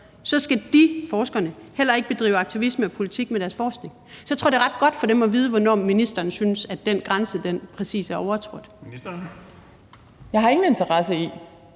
skal de, forskerne, heller ikke bedrive aktivisme og politik med deres forskning. Så jeg tror, det er ret godt for dem at vide, hvornår ministeren synes den grænse præcis er overtrådt. Kl. 14:13 Den fg.